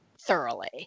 thoroughly